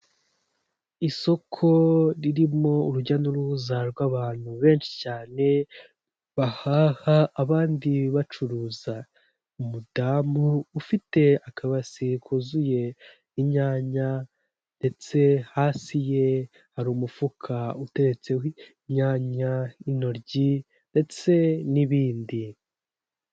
Isoko ririmo urujya n'uruza rw'abantu benshi cyane bahaha abandi bacuruza. Umudamu ufite akabase kuzuye inyanya ndetse hasi ye hari umufuka uteretseho inyanya, intoryi ndetse n'ibindi.